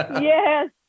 Yes